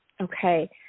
Okay